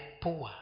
poor